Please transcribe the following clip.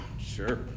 sure